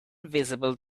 visible